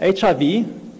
HIV